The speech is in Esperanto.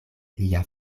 lia